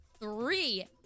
three